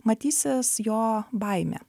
matysis jo baimė